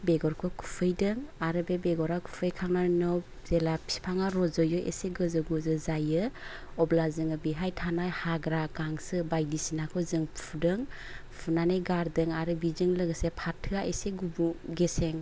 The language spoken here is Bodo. बेगरखौ खुयैदों आरो बे बेगरा खुयैखांनायनि उनाव जेला फिफाङा रजयो एसे गोजौ गोजौ जायो अब्ला जोङो बेहाय थानाय हाग्रा गांसो बायदिसिनाखौ जों फुदों फुनानै गारदों आर बेजों लोगोसे फाथोआ एसे गुबुं गेसें